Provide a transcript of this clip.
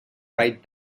right